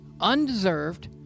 undeserved